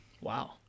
Wow